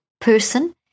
person